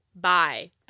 Bye